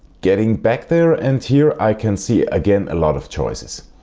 getting back there and here i can see again a lot of choices.